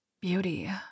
Beauty